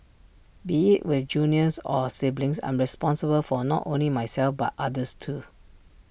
be IT with juniors or siblings I'm responsible for not only myself but others too